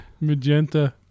Magenta